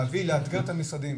לאתגר את המשרדים,